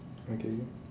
okay